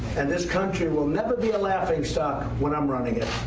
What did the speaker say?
and this country will never be a laughing stock when i'm running